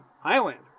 Highlander